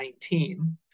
2019